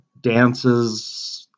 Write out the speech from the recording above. dances